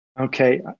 Okay